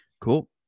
Cool